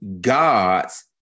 gods